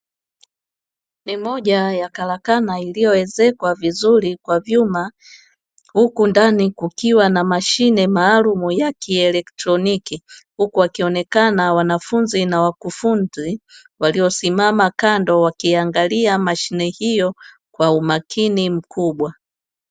Ni moja ya karakana iliyoezekwa vizuri kwa vyuma, huku ndani kukiwa na mashine maalumu ya kielektroniki. Huku wakionekana wanafunzi na wakufunzi waliosimama kando wakiangalia mashine hiyo kwa umakini mkubwa.